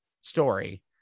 story